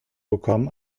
bekommen